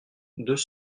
deux